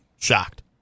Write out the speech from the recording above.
Shocked